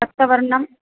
रक्तवर्णं